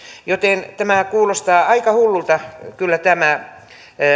joten kuulostaa kyllä aika hullulta tämä